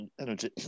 energy